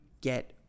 get